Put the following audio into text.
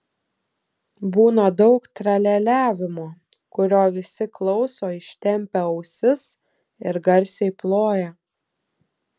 būna daug tralialiavimo kurio visi klauso ištempę ausis ir garsiai ploja